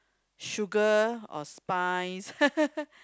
Sugar or Spice